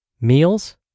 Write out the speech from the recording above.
meals